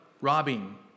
robbing